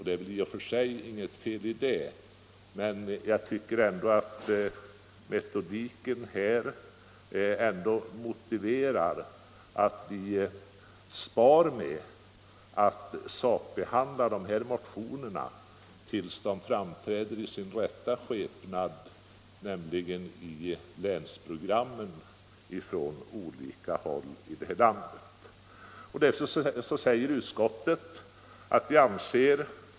Det är väl inte i och för sig något fel i det, men jag tycker att det är motiverat att vänta med att sakbehandla motionerna tills de framträder i sin rätta skepnad, nämligen i länsprogrammen från de olika länen.